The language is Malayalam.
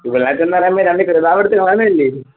മുളേറ്റ് എന്ന് പറയുമ്പോൾ രണ്ട് കൃതാവ് എടുത്ത് കളയാൻ അല്ലേ